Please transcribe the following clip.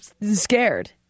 scared